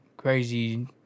Crazy